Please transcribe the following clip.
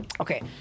Okay